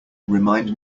remind